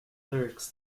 lyrics